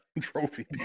trophy